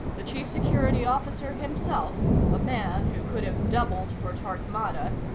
the chief security officer himself, a man who could have doubled for torquemada,